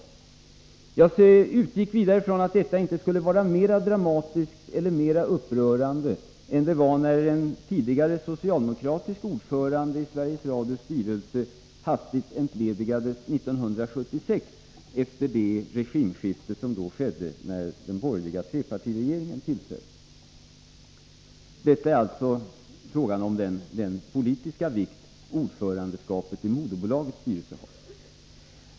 Jag utgick vidare ifrån att detta inte skulle vara mer dramatiskt eller mer upprörande än det var när en tidigare socialdemokratisk ordförande i Sveriges Radios styrelse hastigt entledigades 1976 efter det regimskifte som då skedde när den borgerliga trepartiregeringen tillträdde. Det är fråga om den politiska vikt ordförandeskapet i moderbolagets styrelse har.